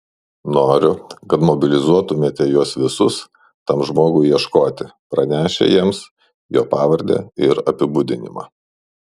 noriu kad mobilizuotumėte juos visus tam žmogui ieškoti pranešę jiems jo pavardę ir apibūdinimą